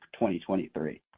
2023